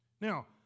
Now